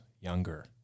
younger